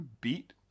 beat